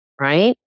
right